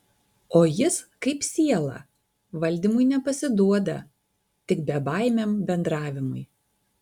o jis kaip siela valdymui nepasiduoda tik bebaimiam bendravimui